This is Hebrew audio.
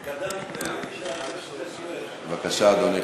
בבקשה, אדוני.